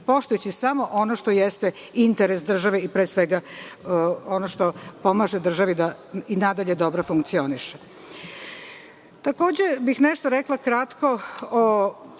poštujući samo ono što jeste interes države i pre svega ono što pomaže državi da i nadalje dobro funkcioniše. Takođe, rekla bih nešto o ovom kratkom